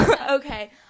Okay